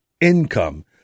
income